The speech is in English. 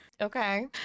Okay